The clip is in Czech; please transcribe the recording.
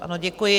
Ano, děkuji.